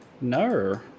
No